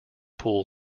pool